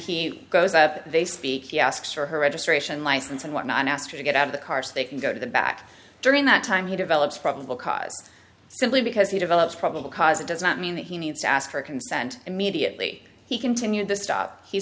he goes up they speak he asks for her registration license and whatnot and ask her to get out of the car so they can go to the back during that time he develops probable cause simply because he develops probable cause does not mean that he needs ask for consent immediately he continued the stop he